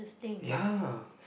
ya